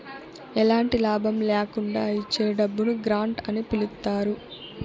ఎలాంటి లాభం ల్యాకుండా ఇచ్చే డబ్బును గ్రాంట్ అని పిలుత్తారు